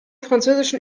französischen